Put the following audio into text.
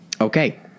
Okay